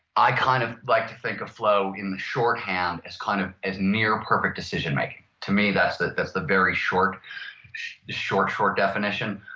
i kind of like to think of flow in short hand as kind of as near perfect decision making. to me that's the that's the very short short short definition.